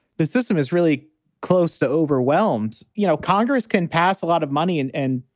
this system is really close to overwhelmed you know, congress can pass a lot of money and and